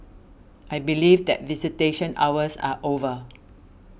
I believe that visitation hours are over